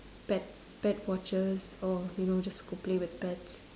pet pet watchers or you know just go play with pets